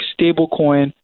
stablecoin